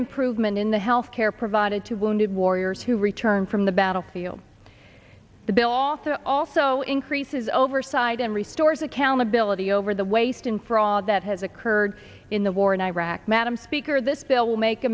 improvement in the health care provided to wounded warriors who return from the battlefield the bill also also increases overside and restores accountability over the waste and fraud that has occurred in the war in iraq madam speaker this